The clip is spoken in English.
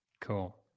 Cool